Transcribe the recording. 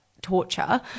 torture